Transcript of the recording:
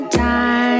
time